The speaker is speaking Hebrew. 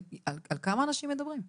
על כמה אנשים אנחנו מדברים?